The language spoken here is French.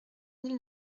mille